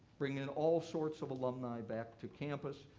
bringing all sorts of alumni back to campus,